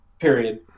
period